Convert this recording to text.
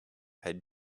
had